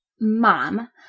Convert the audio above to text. Mom